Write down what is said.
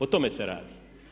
O tome se radi.